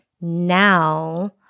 now